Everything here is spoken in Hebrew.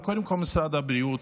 וקודם כול משרד הבריאות: